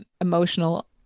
emotional